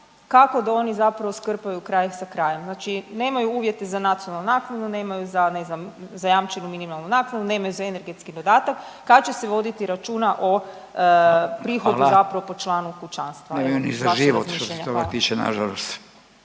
kako da oni zapravo skrpaju kraj s krajem? Znači nemaju uvjete za nacionalnu naknadu, nemaju za, ne znam, za zajamčenu minimalnu naknadu, nemaju za energetski dodatak, kad će se voditi računa o prihodu zapravo po članu kućanstva, evo vaše razmišljanje. Hvala.